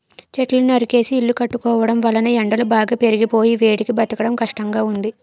చెట్లను నరికేసి ఇల్లు కట్టుకోవడం వలన ఎండలు బాగా పెరిగిపోయి వేడికి బ్రతకడం కష్టంగా ఉంది